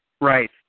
Right